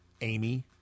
Amy